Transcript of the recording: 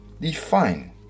define